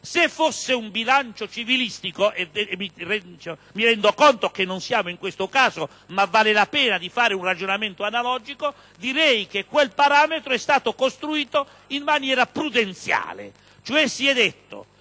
Se fosse un bilancio civilistico - mi rendo conto che non è questo il caso, ma vale la pena di fare un ragionamento analogico - direi che quel parametro è stato costruito in maniera prudenziale. Si è detto